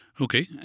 Okay